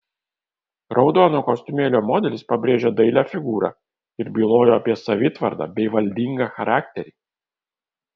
raudono kostiumėlio modelis pabrėžė dailią figūrą ir bylojo apie savitvardą bei valdingą charakterį